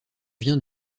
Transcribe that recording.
vient